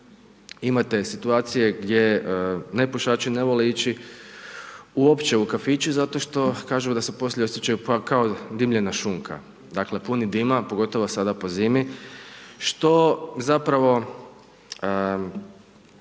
Imate situacije, gdje nepušači ne vole ići uopće u kafiće, zato što kažu da se poslije osjećaju pa kao dimljena šunka, dakle, puni dima, pogotovo sada po zimi, što zapravo,